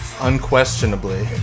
Unquestionably